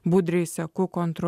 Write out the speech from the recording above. budriai seku kontro